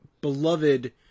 beloved